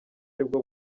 aribwo